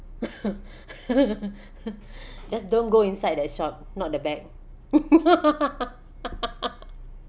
just don't go inside that shop not the bag